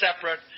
separate